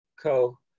co